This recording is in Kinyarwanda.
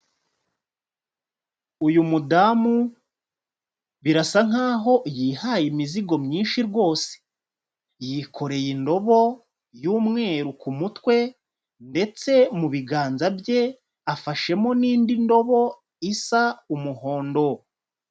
Uyu mudamu birasa nk'aho yihaye imizigo myinshi rwose. Yikoreye indobo y'umweru ku mutwe ndetse mu biganza bye afashemo n'indi ndobo isa umuhondo.